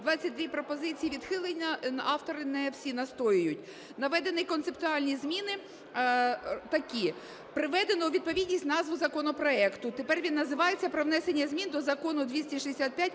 22 пропозиції відхилено, автори не всі настоюють. Наведені концептуальні зміни такі. Приведено у відповідність назву законопроекту, тепер він називається "про внесення змін до закону 265